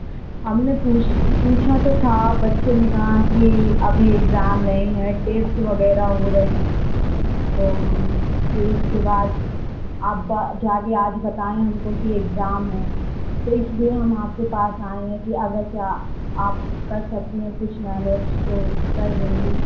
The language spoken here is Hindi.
हमने पूछ पूछा तो था बच्चे ने कहा कि अभी एग्ज़ाम नहीं है टेस्ट वगैरह हो रहे हैं तो हम फिर उसके बाद अब जा के आज बताएं हम को कि एग्ज़ाम हैं तो इसलिए हम आपके पास आएं हैं कि अगर क्या आप कर सकती हैं कुछ मैनेज तो कर देंगी